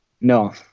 No